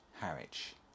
Harwich